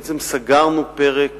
סגרנו פרק